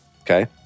Okay